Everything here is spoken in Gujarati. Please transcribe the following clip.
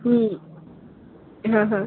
હમ હાં હાં